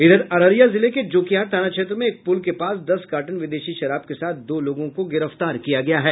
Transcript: इधर अररिया जिले के जोकीहाट थाना क्षेत्र में एक पुल के पास दस कार्टन विदेशी शराब के साथ दो लोगों को गिरफ्तार किया गया है